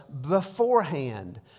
beforehand